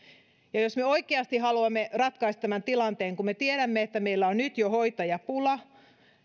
jos me oikeasti haluamme ratkaista tämän tilanteen kun me tiedämme että meillä on nyt jo hoitajapula